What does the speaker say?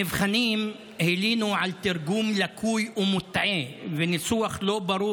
נבחנים הלינו על תרגום לקוי ומוטעה וניסוח לא ברור